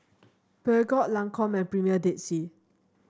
Peugeot Lancome Premier Dead Sea